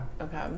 Okay